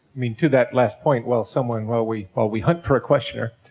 i mean to that last point while someone, while we, while we hunt for a questioner,